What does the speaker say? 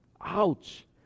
Ouch